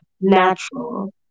natural